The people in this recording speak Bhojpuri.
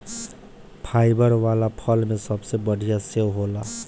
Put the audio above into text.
फाइबर वाला फल में सबसे बढ़िया सेव होला